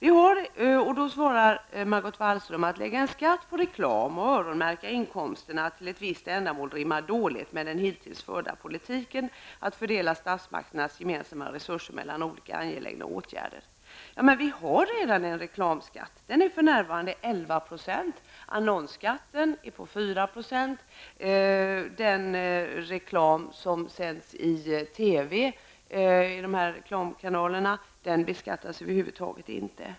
Margot Wallström svarar: ''Att lägga en skatt på reklamen och öronmärka inkomsterna till ett visst ändamål rimmar dåligt med den hittills förda politiken att fördela statsmakternas gemensamma resurser mellan olika angelägna åtgärder.'' Men vi har ju redan en reklamskatt. För närvarande rör det sig om 11 %, och annonsskatten är 4 %. Men reklamen i reklamkanalerna i TV beskattas över huvud taget inte.